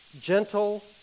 gentle